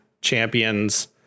champions